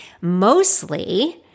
Mostly